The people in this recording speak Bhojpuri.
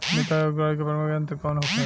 निकाई और गुड़ाई के प्रमुख यंत्र कौन होखे?